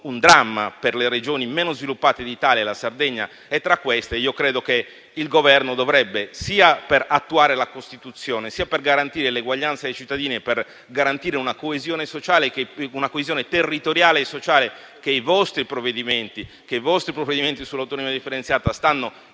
un dramma per le Regioni meno sviluppate d'Italia e la Sardegna è tra queste. A mio avviso, sia per attuare la Costituzione sia per garantire l'eguaglianza dei cittadini e la coesione territoriale e sociale che i provvedimenti sull'autonomia differenziata stanno in